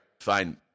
Fine